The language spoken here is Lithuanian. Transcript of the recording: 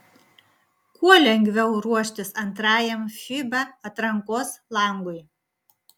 kuo lengviau ruoštis antrajam fiba atrankos langui